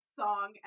song